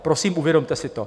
Prosím, uvědomte si to.